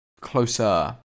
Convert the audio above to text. Closer